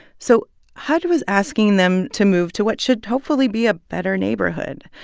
so hud was asking them to move to what should hopefully be a better neighborhood.